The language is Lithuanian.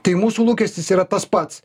tai mūsų lūkestis yra tas pats